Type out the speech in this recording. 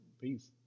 Peace